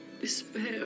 despair